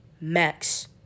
Max